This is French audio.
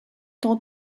temps